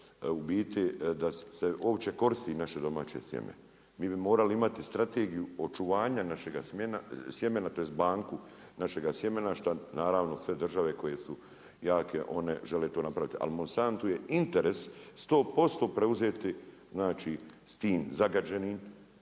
u biti da se uopće koristi naše domaće sjeme. Mi bi morali imati strategiju očuvanja našega sjemena, tj. banku našega sjemena šta naravno sve države koje su jake one žele to napraviti. Ali Monsantu je interes 100% preuzeti znači s tim zagađenim